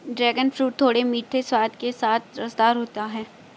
dragon fruit थोड़े मीठे स्वाद के साथ रसदार होता है